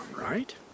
right